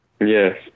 Yes